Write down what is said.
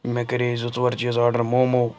مےٚ کَرے زٕ ژور چیٖز آرڈر مومو